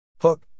Hook